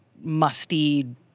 musty